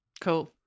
Cool